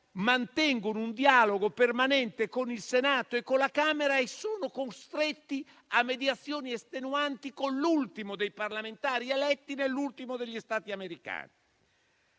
mantengono un dialogo permanente con il Senato e con la Camera e sono costretti a mediazioni estenuanti con l'ultimo dei parlamentari eletto nell'ultimo degli Stati americani.